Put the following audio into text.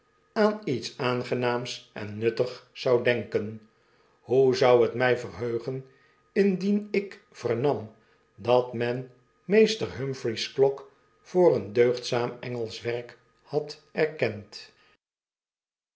iets aangenaams en nuttigs zou denken hoe zou het my verheugen indien ik vernam dat men meester humphrey's klok voor een deugdzaam engelsch werk had erkend